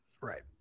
right